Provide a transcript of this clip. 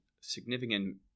significant